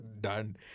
Done